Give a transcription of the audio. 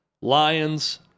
Lions